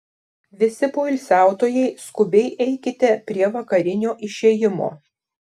visi poilsiautojai skubiai eikite prie vakarinio išėjimo